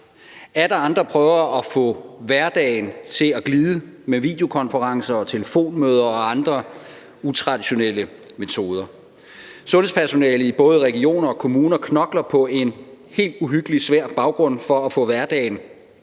Atter andre prøver at få hverdagen til at glide med videokonferencer, telefonmøder og andre utraditionelle metoder. Sundhedspersonalet i både regioner og kommuner knokler på en helt uhyggeligt svær baggrund for at få hverdagen